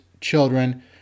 children